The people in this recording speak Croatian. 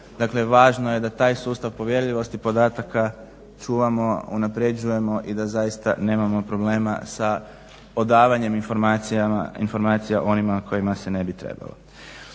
važno je da taj sustav povjerljivosti podataka čuvamo, unapređujemo i da zaista nemamo problema sa odavanjem informacija onima kojima se ne bi trebalo.